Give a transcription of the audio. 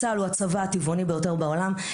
צה"ל הוא הצבא הטבעוני ביותר בעולם.